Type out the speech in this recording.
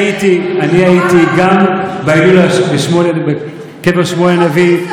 אני הייתי גם בהילולה בקבר שמואל הנביא.